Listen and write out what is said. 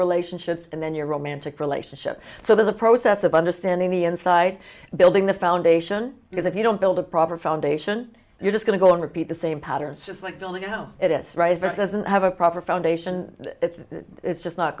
relationships and then your romantic relationship so there's a process of understanding the inside building the foundation because if you don't build a proper foundation you're just going to go on repeat the same pattern just like the only you know it it doesn't have a proper foundation it's just not